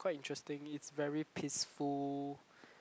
quite interesting it's very peaceful